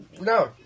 No